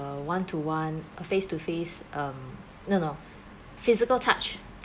one-to-one uh face-to-face um no no physical touch